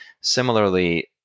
similarly